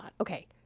Okay